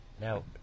Now